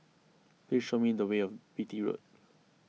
please show me the way a Beatty Road